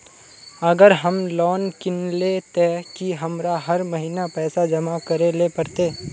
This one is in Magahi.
अगर हम लोन किनले ते की हमरा हर महीना पैसा जमा करे ले पड़ते?